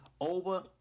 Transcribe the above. over